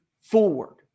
forward